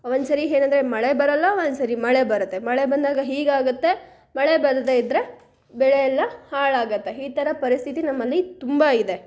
ಒಂದು ಸರಿ ಏನಂದ್ರೆ ಮಳೆ ಬರೋಲ್ಲ ಒಂದ ಸರಿ ಮಳೆ ಬರುತ್ತೆ ಮಳೆ ಬಂದಾಗ ಹೀಗಾಗುತ್ತೆ ಮಳೆ ಬರದೇ ಇದ್ದರೆ ಬೆಳೆ ಎಲ್ಲ ಹಾಳಾಗುತ್ತೆ ಈ ಥರ ಪರಿಸ್ಥಿತಿ ನಮ್ಮಲ್ಲಿ ತುಂಬ ಇದೆ